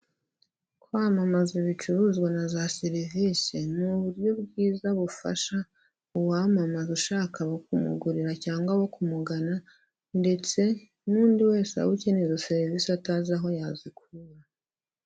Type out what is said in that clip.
Kwamamaza ibicuruzwa na za serivisi, ni uburyo bwiza bufasha uwamamaza ushaka kumugurira cyangwa abo kumugana ndetse n'undi wese waba ukeneye izo serivisi atazi aho yazikura.